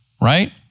right